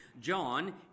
John